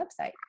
website